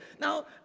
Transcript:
Now